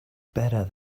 better